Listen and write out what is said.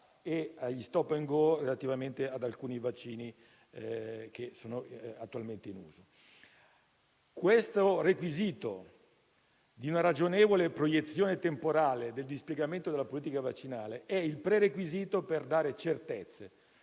e agli *stop and go* relativamente ad alcuni vaccini attualmente in uso. Il requisito di una ragionevole proiezione temporale del dispiegamento della politica vaccinale è il prerequisito per dare certezze;